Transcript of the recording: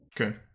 Okay